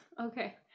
Okay